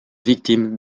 victimes